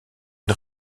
une